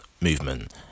Movement